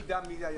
אני אסביר.